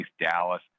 Dallas